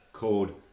Called